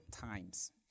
times